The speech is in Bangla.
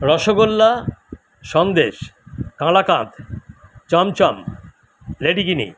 রসগোল্লা সন্দেশ কালাকাঁদ চমচম লেডিকেনি